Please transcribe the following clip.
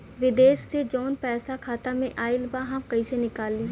विदेश से जवन पैसा खाता में आईल बा हम कईसे निकाली?